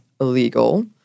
illegal